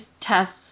tests